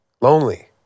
lonely